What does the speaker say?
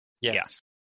Yes